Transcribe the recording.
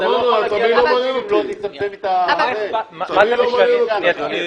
אי